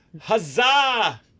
Huzzah